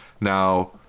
Now